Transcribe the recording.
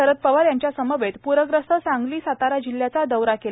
शरद पवार यांच्या समवेत प्रग्रस्त सांगली सातारा जिल्ह्याचा दौरा केला